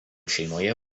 šeimoje